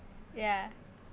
ya